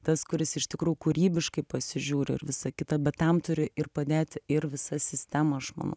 tas kuris iš tikrų kūrybiškai pasižiūri ir visa kita bet tam turi ir padėti ir visa sistema aš manau